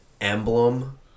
emblem